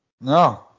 No